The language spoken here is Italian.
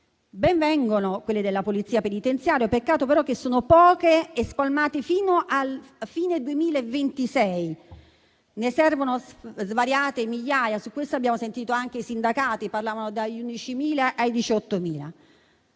ben vengano quelle nella Polizia penitenziaria, peccato però che siano poche e spalmate fino alla fine del 2026. Ne servono svariate migliaia. Su questo abbiamo sentito anche i sindacati, che parlavano di numeri dagli 11.000 ai 18.000.